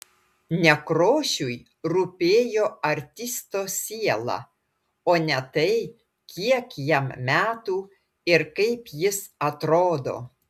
nekrošiui rūpėjo artisto siela o ne tai kiek jam metų ir kaip jis atrodo